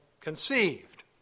conceived